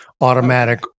automatic